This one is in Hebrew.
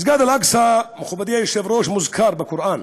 מסגד אל-אקצא, מכובדי היושב-ראש, מוזכר בקוראן.